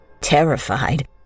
terrified